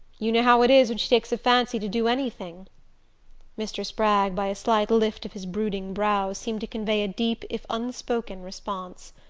you know how it is when she takes a fancy to do anything mr. spragg, by a slight lift of his brooding brows, seemed to convey a deep if unspoken response.